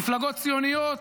מפלגות ציוניות,